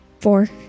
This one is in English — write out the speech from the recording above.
Four